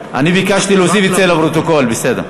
ביקשתי להוסיף את זה לפרוטוקול, בסדר.